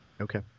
Okay